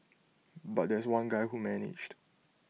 but there's one guy who managed